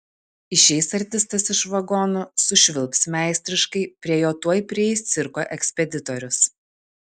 išeis artistas iš vagono sušvilps meistriškai prie jo tuoj prieis cirko ekspeditorius